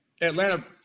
Atlanta